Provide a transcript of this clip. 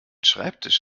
schreibtisch